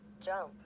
Jump